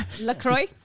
Lacroix